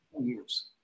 years